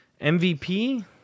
MVP